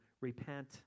repent